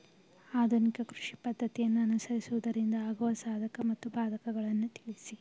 ಆಧುನಿಕ ಕೃಷಿ ಪದ್ದತಿಯನ್ನು ಅನುಸರಿಸುವುದರಿಂದ ಆಗುವ ಸಾಧಕ ಮತ್ತು ಬಾಧಕಗಳನ್ನು ತಿಳಿಸಿ?